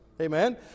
Amen